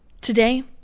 Today